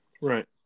Right